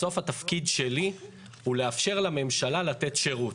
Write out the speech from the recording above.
בסוף התפקיד שלי הוא לאפשר לממשלה לתת שירות.